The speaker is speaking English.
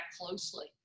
closely